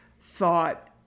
thought